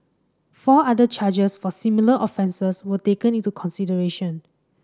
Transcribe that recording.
four other charges for similar offences were taken into consideration